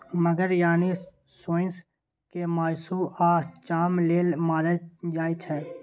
मगर यानी सोंइस केँ मासु आ चाम लेल मारल जाइ छै